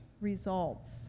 results